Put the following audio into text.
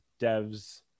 Devs